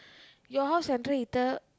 your house central heater